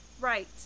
right